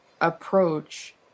approach